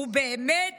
ובאמת